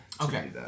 okay